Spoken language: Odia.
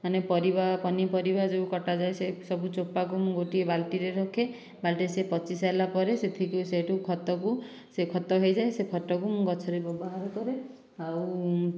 ମାନେ ପରିବା ପନିପରିବା ଯେଉଁ କଟାଯାଏ ସେହି ସବୁ ଚୋପାକୁ ମୁଁ ଗୋଟିଏ ବାଲ୍ଟିରେ ରଖେ ବାଲ୍ଟିରେ ସେ ପଚି ସାଇଲା ପରେ ସେଥିକୁ ସେହିଠୁ ଖତକୁ ସେ ଖତ ହୋଇଯାଏ ସେ ଖତକୁ ମୁଁ ଗଛରେ ବ୍ୟବହାର କରେ ଆଉ